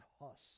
Huss